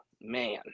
man